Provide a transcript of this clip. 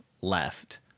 left